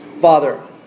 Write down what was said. Father